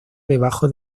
debajo